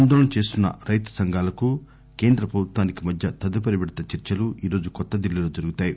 ఆందోళన చేస్తున్న రైతు సంఘాలకు కేంద్ర ప్రభుత్వానికి మధ్య తదుపరి విడత చర్చలు ఈరోజు కొత్త దిల్లీలో జరుగుతాయి